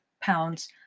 pounds